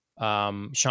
Sean